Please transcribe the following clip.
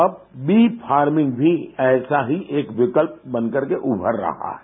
अब bee farming भी ऐसा ही एक विकल्प बन करके उभर रहा है